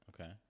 Okay